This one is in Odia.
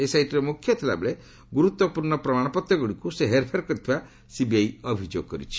ଏସ୍ଆଇଟିର ମୁଖ୍ୟ ଥିଲାବେଳେ ଗୁରୁତ୍ୱପୂର୍୍ଣ ପ୍ରମାଣପତ୍ରଗୁଡ଼ିକୁ ସେ ହେର୍ଫେର୍ କରିଥିବା ସିବିଆଇ ଅଭିଯୋଗ କରିଛି